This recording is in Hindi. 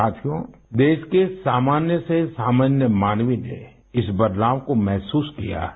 साथियो देश के सामान्य से सामान्य मानवी ने इस बदलाव को महसूस किया है